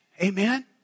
amen